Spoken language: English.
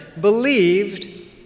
believed